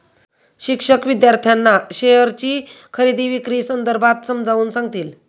शिक्षक विद्यार्थ्यांना शेअरची खरेदी विक्री संदर्भात समजावून सांगतील